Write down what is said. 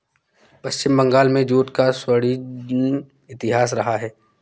पश्चिम बंगाल में जूट का स्वर्णिम इतिहास रहा है